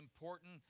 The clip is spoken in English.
important